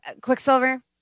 quicksilver